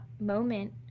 moment